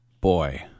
Boy